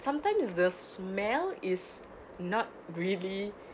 sometimes the smell is not really